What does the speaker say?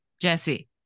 Jesse